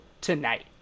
tonight